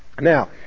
Now